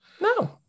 No